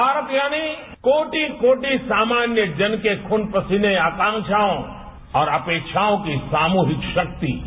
भारत यानी कोटि कोटि सामान्य जन के खून पसीने अकांक्षायों और अपेक्षाओं की सामुहिक शक्ति है